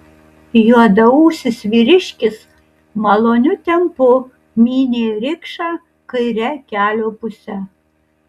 juodaūsis vyriškis maloniu tempu mynė rikšą kaire kelio puse